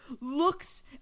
looks